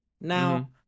now